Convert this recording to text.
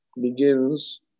begins